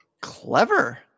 clever